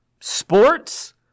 sports